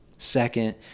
Second